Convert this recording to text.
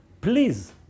please